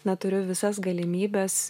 na turiu visas galimybes